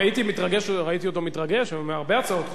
ראיתי אותו מתרגש מהרבה הצעות חוק,